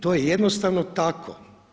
To je jednostavno tako.